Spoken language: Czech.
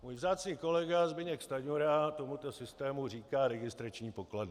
Můj vzácný kolega Zbyněk Stanjura tomuto systému říká registrační pokladny.